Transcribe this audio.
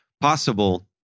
possible